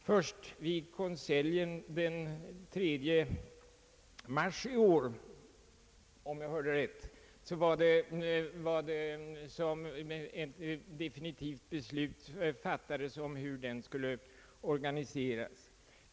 Först i konseljen den 3 mars i år fattades definitivt beslut om hur denna professur skall läggas upp.